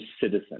citizen